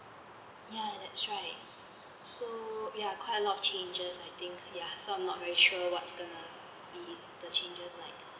ya that's right so ya quite a lot of changes I think ya so I'm not very sure what's going to be the changes like